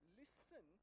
listen